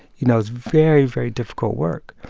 you know, it's very, very difficult work.